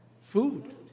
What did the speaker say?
food